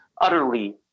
utterly